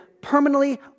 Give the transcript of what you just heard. permanently